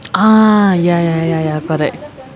ah ya ya ya ya but it's